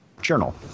journal